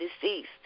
deceased